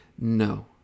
no